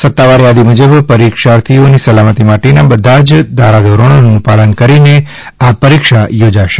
સત્તાવાર થાદી મુજબ પરિક્ષાર્થીઓની સલામતી માટેના બધા જ ધારાધીરણીનું પાલન કરીને આ પરિક્ષા યોજાશે